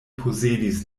posedis